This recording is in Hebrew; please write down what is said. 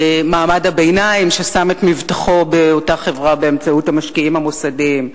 מעמד הביניים ששם את מבטחו באותה חברה באמצעות המשקיעים המוסדיים,